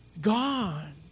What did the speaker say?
gone